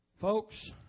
Folks